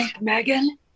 Megan